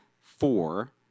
four